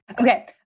Okay